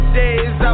days